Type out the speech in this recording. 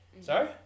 sorry